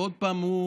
ועוד פעם,